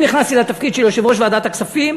כשאני נכנסתי לתפקיד של יושב-ראש ועדת הכספים,